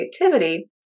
creativity